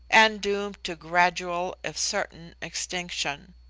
and doomed to gradual if certain extinction.